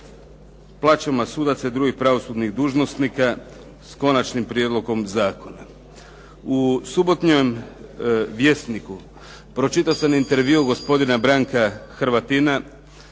plaćama sudaca i drugih pravosudnih dužnosnika s konačnim prijedlogom zakona. U subotnjem Vjesniku pročitao sam intervju gospodina Branka Hrvatina